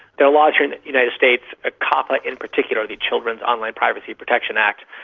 there are laws here in the united states, ah coppa in particular, the children's online privacy protection act,